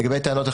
טוב.